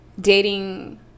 dating